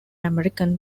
american